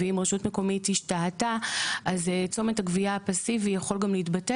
ואם רשות מקומית השתהתה אז צומת הגבייה הפאסיבי יכול גם להתבטל,